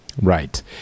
Right